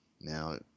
now